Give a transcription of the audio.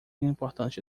importante